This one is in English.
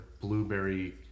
blueberry